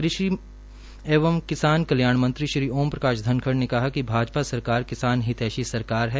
कृषि एवं किसान कल्याण मंत्री ओम प्रकाश धनखड़ ने कहा कि भाजपा सरकार किसाने हितैषी सरकार है